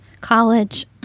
college